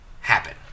happen